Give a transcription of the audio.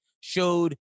showed